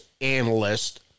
analyst